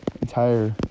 entire